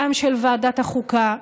גם של ועדת החוקה,